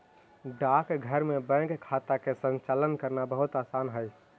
डाकघर में बैंक खाता के संचालन करना बहुत आसान हइ